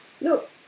look